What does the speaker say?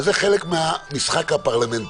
אז זה חלק מהמשחק הפרלמנטרי,